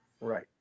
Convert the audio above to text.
Right